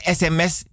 sms